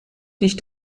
dich